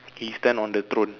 he stand on the throne